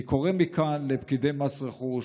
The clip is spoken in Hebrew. אני קורא מכאן לפקידי מס רכוש,